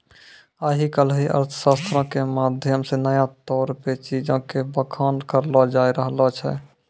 आइ काल्हि अर्थशास्त्रो के माध्यम से नया तौर पे चीजो के बखान करलो जाय रहलो छै